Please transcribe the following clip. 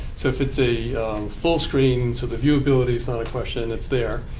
so if it's a full-screen, so the viewability is not a question. it's there.